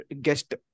guest